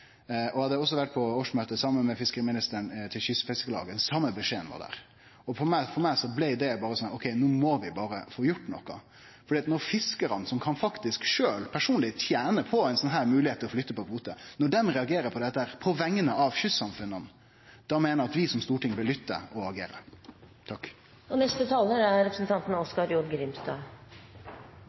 også vore på årsmøtet saman med fiskeriministeren til kystfiskarlaget. Den same beskjeden fekk vi der. På meg blei det berre slik at no må vi få gjort noko, for når fiskarane, som faktisk sjølv kan tene personleg på at det blir mogleg å flytte på kvoter – når dei reagerer på det på vegner av kystsamfunna – da meiner eg at vi som stortingsrepresentantar må lytte og agere. Eg registrerer i debatten at representanten